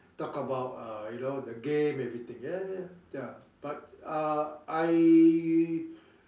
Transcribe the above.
talk about uh you know the game everything ya ya ya but uh I uh